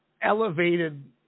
elevated